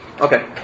Okay